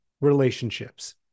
relationships